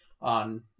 on